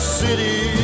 city